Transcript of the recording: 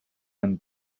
them